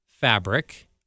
fabric